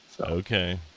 Okay